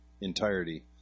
entirety